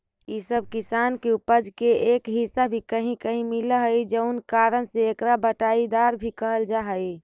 इ सब किसान के उपज के एक हिस्सा भी कहीं कहीं मिलऽ हइ जउन कारण से एकरा बँटाईदार भी कहल जा हइ